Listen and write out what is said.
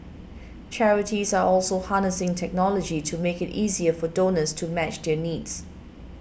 charities are also harnessing technology to make it easier for donors to match their needs